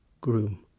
Groom